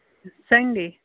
Sunday